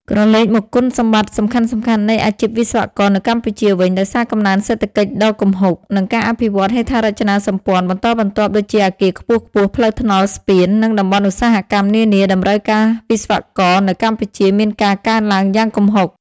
ក្រឡេកមកគុណសម្បត្តិសំខាន់ៗនៃអាជីពវិស្វករនៅកម្ពុជាវិញ ដោយសារកំណើនសេដ្ឋកិច្ចដ៏គំហុក និងការអភិវឌ្ឍន៍ហេដ្ឋារចនាសម្ព័ន្ធបន្តបន្ទាប់ដូចជាអគារខ្ពស់ៗផ្លូវថ្នល់ស្ពាន និងតំបន់ឧស្សាហកម្មនានាតម្រូវការវិស្វករនៅកម្ពុជាមានការកើនឡើងយ៉ាងគំហុក។